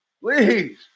Please